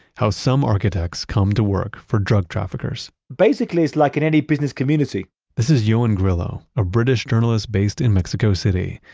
how some architects come to work for drug traffickers basically, it's like in any business community this is yeah ioan grillo, a british journalist based in mexico city.